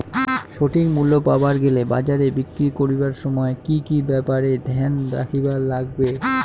সঠিক মূল্য পাবার গেলে বাজারে বিক্রি করিবার সময় কি কি ব্যাপার এ ধ্যান রাখিবার লাগবে?